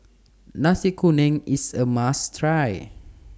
Nasi Kuning IS A must Try